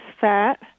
fat